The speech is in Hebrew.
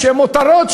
שהם מותרות,